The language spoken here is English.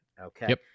Okay